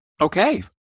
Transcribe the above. Okay